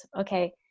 okay